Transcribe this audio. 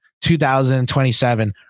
2027